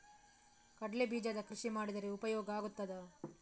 ಕಡ್ಲೆ ಬೀಜದ ಕೃಷಿ ಮಾಡಿದರೆ ಉಪಯೋಗ ಆಗುತ್ತದಾ?